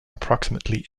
approximately